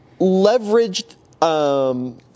leveraged